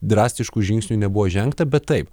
drastiškų žingsnių nebuvo žengta bet taip